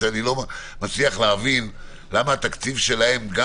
אני לא מצליח להבין למה התקציב שלהם גם